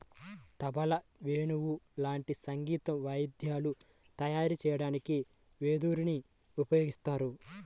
తబలా, వేణువు లాంటి సంగీత వాయిద్యాలు తయారు చెయ్యడానికి వెదురుని ఉపయోగిత్తారు